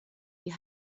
die